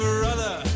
Brother